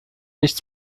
nicht